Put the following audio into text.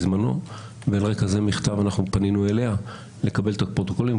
ועל רקע זה פנינו אליה לקבל את הפרוטוקולים.